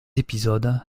épisodes